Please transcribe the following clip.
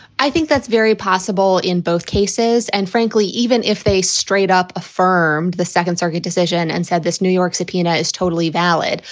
i think that's very possible in both cases. and frankly, even if they straight up affirmed the second circuit decision and said this new york subpoena is totally valid,